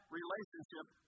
relationship